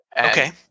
Okay